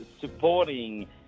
supporting